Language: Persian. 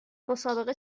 مسابقه